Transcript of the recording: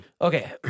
Okay